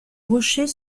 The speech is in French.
rocher